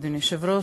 אדוני היושב-ראש,